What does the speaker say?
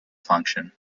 function